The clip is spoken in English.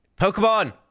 Pokemon